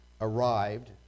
arrived